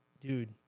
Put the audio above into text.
Dude